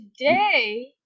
today